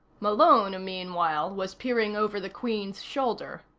malone, meanwhile, was peering over the queen's shoulder.